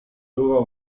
tuvo